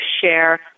share